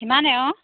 সিমানে অঁ